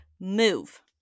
move